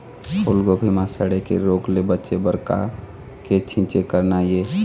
फूलगोभी म सड़े के रोग ले बचे बर का के छींचे करना ये?